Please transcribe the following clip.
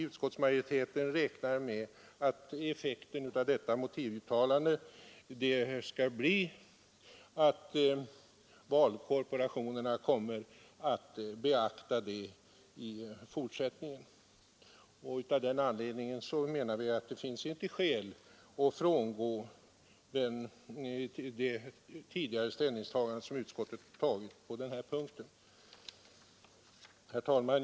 Utskottsmajoriteten räknar med att effekten av detta uttalande blir att valkorporationerna kommer att beakta det i fortsättningen. Av den anledningen menar vi att det inte finns skäl att frångå utskottets tidigare ställningstagande på denna punkt. Herr talman!